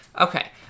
Okay